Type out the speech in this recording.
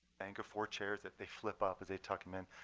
bank of four chairs that they flip up as they tuck them in.